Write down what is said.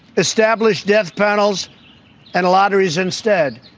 establish death panels and lotteries instead.